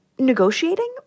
Negotiating